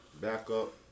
backup